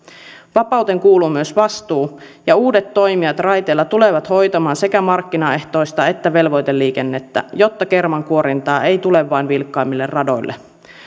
vapauteen kuuluu myös vastuu ja uudet toimijat raiteilla tulevat hoitamaan sekä markkinaehtoista että velvoiteliikennettä jotta kermankuorintaa ei tule vain vilkkaimmille radoille